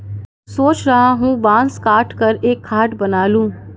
सोच रहा हूं बांस काटकर एक खाट बना लूं